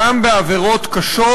גם בעבירות קשות,